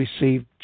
received